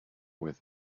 with